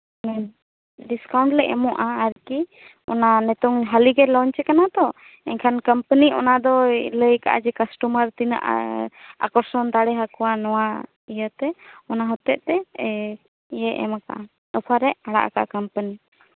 ᱦᱮᱸ ᱰᱤᱥᱠᱟᱩᱱᱴ ᱞᱮ ᱮᱢᱚᱜᱼᱟ ᱟᱨᱠᱤ ᱚᱱᱟ ᱱᱤᱛᱚᱝ ᱦᱟᱹᱞᱤ ᱜᱮ ᱞᱚᱱᱪ ᱠᱟᱱᱟ ᱛᱚ ᱮᱱᱠᱷᱟᱱ ᱠᱳᱢᱯᱟᱱᱤ ᱚᱱᱟ ᱫᱚᱭ ᱞᱟᱹᱭ ᱠᱟᱫᱟ ᱠᱟᱥᱴᱚᱢᱟᱨ ᱛᱤᱱᱟᱹᱜ ᱮ ᱟᱠᱚᱨᱥᱚᱱ ᱫᱟᱲᱮ ᱟᱠᱚᱣᱟ ᱱᱚᱣᱟ ᱤᱭᱟᱹᱛᱮ ᱚᱱᱟ ᱦᱚᱛᱮᱜ ᱛᱮ ᱤᱭᱟᱹ ᱮᱢ ᱠᱟᱜᱼᱟ ᱚᱯᱷᱟᱨ ᱮ ᱟᱲᱟᱜ ᱠᱟᱜᱼᱟ ᱠᱳᱢᱯᱟᱱᱤ